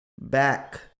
back